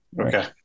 Okay